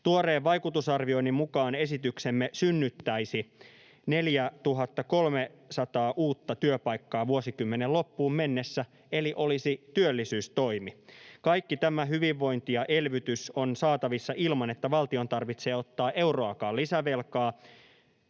Tuoreen vaikutusarvioinnin mukaan esityksemme synnyttäisi 4 300 uutta työpaikkaa vuosikymmenen loppuun mennessä eli olisi työllisyystoimi. Kaikki tämä hyvinvointi ja elvytys on saatavissa ilman, että valtion tarvitsee ottaa euroakaan lisävelkaa,